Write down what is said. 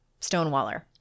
Stonewaller